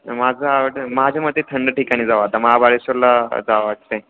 माझं आवडं माझ्या मते थंड ठिकाणी जावं आता महाबळेश्वरला जावं वाटतं आहे